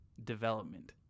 development